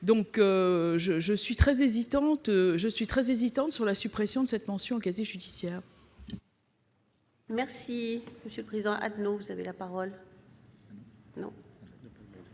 donc très hésitante sur la suppression de cette mention du casier judiciaire.